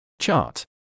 Chart